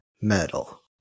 Metal